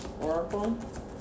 oracle